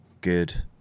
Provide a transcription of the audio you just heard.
good